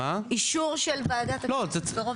אישור של ועדת הכנסת ברוב של שני שליש?